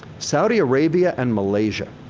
saudi arabia and malaysia.